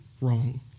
wrong